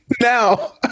Now